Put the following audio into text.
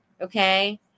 okay